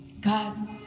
God